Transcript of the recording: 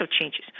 changes